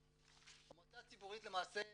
המועצה הציבורית למעשה מורכבת,